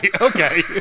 okay